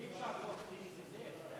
אי-אפשר חוק בלי נסים זאב.